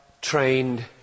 trained